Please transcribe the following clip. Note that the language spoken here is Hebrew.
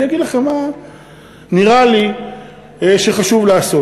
אני אגיד לכם מה נראה לי שחשוב לעשות.